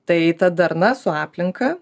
tai ta darna su aplinka